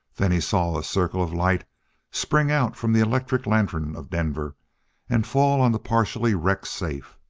then he saw a circle of light spring out from the electric lantern of denver and fall on the partially wrecked safe.